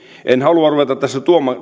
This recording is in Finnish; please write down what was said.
en halua ruveta tässä